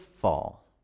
fall